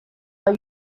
are